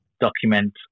document